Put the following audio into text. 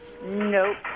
Nope